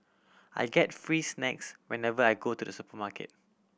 I get free snacks whenever I go to the supermarket